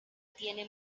tiene